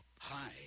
Hi